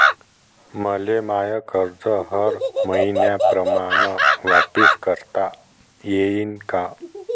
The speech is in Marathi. मले माय कर्ज हर मईन्याप्रमाणं वापिस करता येईन का?